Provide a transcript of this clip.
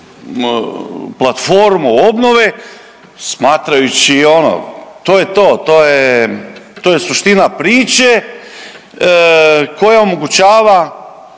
platformu obnove smatrajući ono to je to, to je suština priče koja omogućava